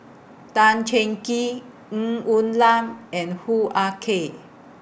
Tan Cheng Kee Ng Woon Lam and Hoo Ah Kay